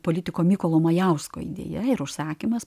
politiko mykolo majausko idėja ir užsakymas